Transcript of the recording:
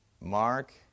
Mark